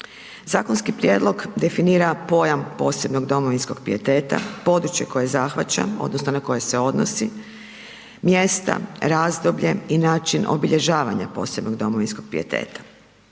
Zakonski prijedlog definira pojam posebnog domovinskog pijeteta, područje koje zahvaća odnosno na koje se odnosi, mjesta, razdoblje i način obilježavanja posebnog domovinskog pijeteta.